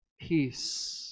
peace